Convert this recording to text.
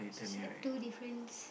it's like two difference